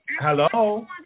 Hello